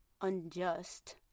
unjust